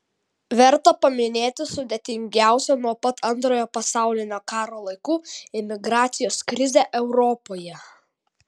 verta paminėti sudėtingiausią nuo pat antrojo pasaulinio karo laikų imigracijos krizę europoje